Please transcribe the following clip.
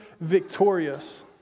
victorious